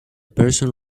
person